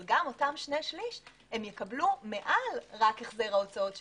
אבל גם אותם שני שליש יקבלו מעל רק החזר ההוצאות שלהם,